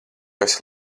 esi